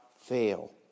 fail